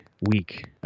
week